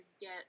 get